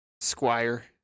squire